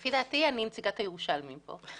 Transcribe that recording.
לפי דעתי, אני נציגת הירושלמים פה.